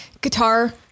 guitar